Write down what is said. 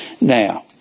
Now